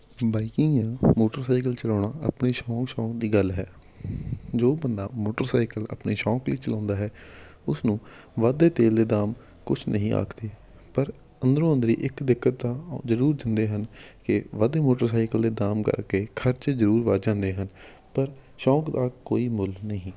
biking ਜਾਂ motorcycle ਚਲਾਉਣਾ ਆਪਣੇ ਸ਼ੌਕ ਸ਼ੌਕ ਦੀ ਗੱਲ ਹੈ ਜੋ ਬੰਦਾ ਮੋਟਰਸਾਈਕਲ ਆਪਣੇ ਸ਼ੌਕ ਲਈ ਚਲਾਉਂਦਾ ਹੈ ਉਸਨੂੰ ਵੱਧਦੇ ਤੇਲ ਦੇ ਦਾਮ ਕੁਛ ਨਹੀਂ ਆਖਦੇ ਪਰ ਅੰਦਰੋਂ ਅੰਦਰ ਇੱਕ ਦਿੱਕਤ ਤਾਂ ਜ਼ਰੂਰ ਦਿੰਦੇ ਹਨ ਕਿ ਵੱਧਦੇ ਮੋਟਰਸਾਈਕਲ ਦੇ ਦਾਮ ਕਰਕੇ ਖਰਚੇ ਜ਼ਰੂਰ ਵੱਧ ਜਾਂਦੇ ਹਨ ਪਰ ਸ਼ੌਕ ਦਾ ਕੋਈ ਮੁੱਲ ਨਹੀਂ